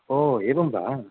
ओ एवं वा